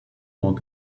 want